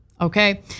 Okay